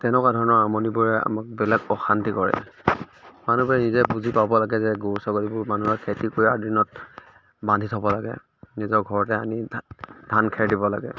তেনেকুৱা ধৰণৰ আমনিবোৰে আমাক বেলেগ অশান্তি কৰে মানুহবোৰে নিজে বুজি পাব লাগে যে গৰু ছাগলীবোৰ মানুহে খেতি কৰাৰ দিনত বান্ধি থব লাগে নিজৰ ঘৰতে আনি ধা ধান খেৰ দিব লাগে